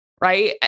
right